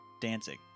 dancing